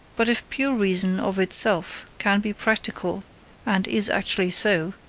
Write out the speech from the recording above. but if pure reason of itself can be practical and is actually so,